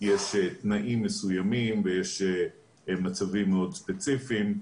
יש תנאים מסוימים ויש מצבים מאוד ספציפיים,